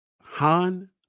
Han